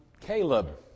Caleb